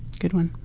good one.